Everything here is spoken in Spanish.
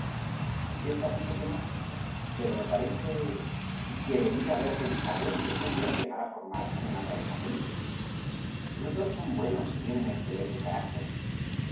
ciertamente que no pero me parece que debía haber pensado en que podían llegar a formar una pareja feliz los dos son buenos y tienen excelente carácter